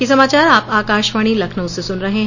ब क यह समाचार आप आकाशवाणी लखनऊ से सुन रहे हैं